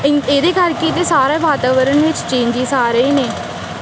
ਇੰ ਇਹਦੇ ਕਰਕੇ ਸਾਰਾ ਵਾਤਾਵਰਨ ਵਿੱਚ ਚੇਂਜਿਜ ਆ ਰਹੇ ਨੇ